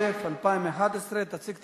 זו מחויבות לאלוף-משנה, מרעי ז"ל.